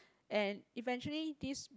and eventually these